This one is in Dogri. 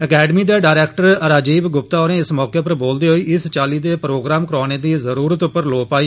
अकैडमी दे डायरैक्टर राजीव ग्र्प्ता होरें इस मौके पर बोलदे होई इस चाली दे प्रोग्राम करोआने दी जरुरत पर लो पाई